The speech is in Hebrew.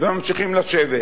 וממשיכים לשבת.